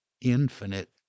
infinite